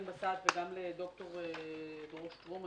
בן בסט וגם לד"ר דרור שטרום.